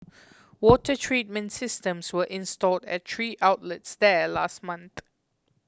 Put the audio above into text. water treatment systems were installed at three outlets there last month